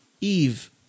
Eve